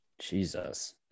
Jesus